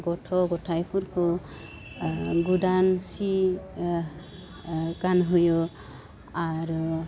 गथ' गथाइफोरखौ गोदान सि गानहोयो आरो